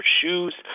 shoes